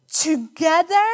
together